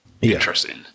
Interesting